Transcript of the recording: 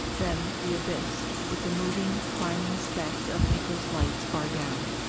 then the abyss, with the moving, climbing specks of miko's lights far down.